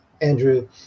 Andrew